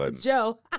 Joe